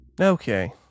Okay